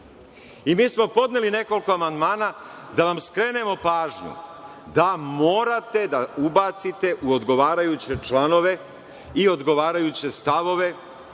smo podneli nekoliko amandmana da vam skrenemo pažnju da morate da ubacite u odgovarajuće članove i odgovarajuće stavove